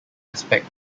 aspect